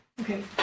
Okay